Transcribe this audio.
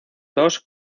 dos